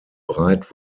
breit